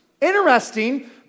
interesting